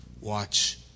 Watch